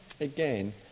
again